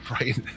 right